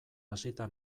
hasita